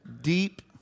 deep